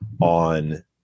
on